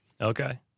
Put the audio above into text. Okay